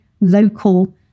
local